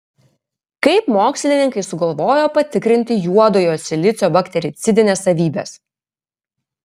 kaip mokslininkai sugalvojo patikrinti juodojo silicio baktericidines savybes